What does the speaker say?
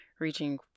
Reaching